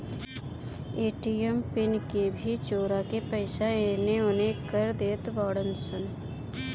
ATM pin के भी चोरा के पईसा एनेओने कर देत बाड़ऽ सन